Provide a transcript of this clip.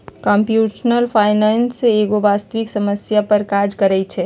computational finance एगो वास्तविक समस्या पर काज करइ छै